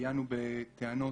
עיינו בטענות.